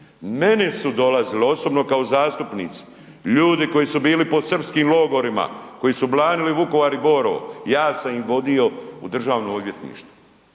Meni su dolazili osobno kao zastupnici, ljudi koji su bili pod srpskim logorima, koji su branili Vukovar i Borovo, ja sam ih vodio u Državno odvjetništvo.